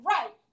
Right